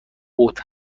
اوت